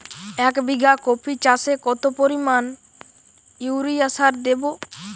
এক বিঘা কপি চাষে কত পরিমাণ ইউরিয়া সার দেবো?